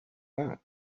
that